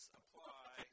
apply